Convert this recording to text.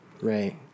Right